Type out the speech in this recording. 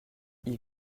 ils